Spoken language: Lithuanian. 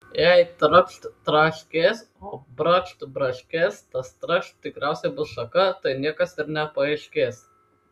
jei trakšt traškės o brakšt braškės tas trakšt tikriausiai bus šaka tai niekas ir nepaaiškės